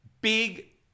big